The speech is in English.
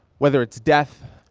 whether it's death,